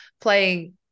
playing